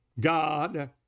God